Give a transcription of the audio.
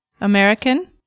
American